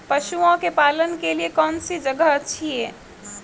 पशुओं के पालन के लिए कौनसी जगह अच्छी है?